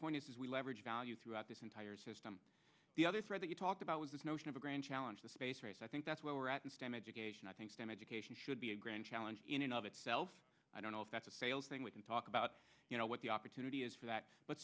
point is we leverage value throughout this entire system the other thread that you talked about was this notion of a grand challenge the space race i think that's where we're at in stem education i think stem education should be a grand challenge in and of itself i don't know if that's a sales thing we can talk about you know what the opportunity is for that but